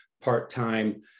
part-time